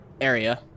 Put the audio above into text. area